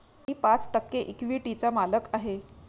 मी पाच टक्के इक्विटीचा मालक आहे